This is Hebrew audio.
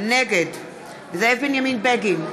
נגד זאב בנימין בגין,